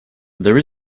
there